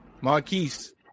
Marquise